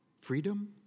Freedom